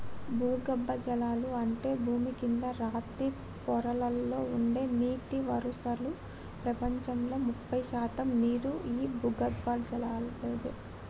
భూగర్బజలాలు అంటే భూమి కింద రాతి పొరలలో ఉండే నీటి వనరులు ప్రపంచంలో ముప్పై శాతం నీరు ఈ భూగర్బజలలాదే